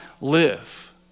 live